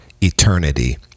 eternity